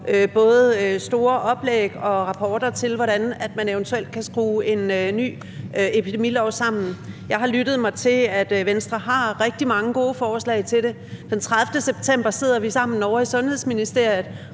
både store oplæg og rapporter om, hvordan man eventuelt kan skrue en ny epidemilov sammen. Jeg har lyttet mig til, at Venstre har rigtig mange gode forslag til det. Den 30. september sidder vi sammen ovre i Sundhedsministeriet,